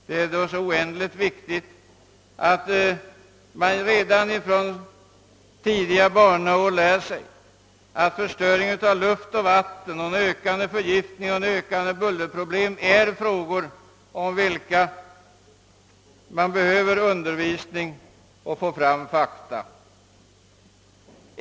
Därför är det oändligt viktigt att redan från tidiga barnaår få lära sig att förstöringen av luft och vatten samt ökande förgiftning och växande bullerproblem är frågor som man behöver undervisning i och som vi också behöver få fakta om.